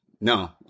No